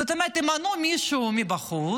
זאת אומרת, ימנו מישהו מבחוץ,